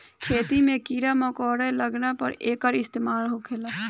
खेती मे कीड़ा मकौड़ा लगला पर एकर इस्तेमाल होखेला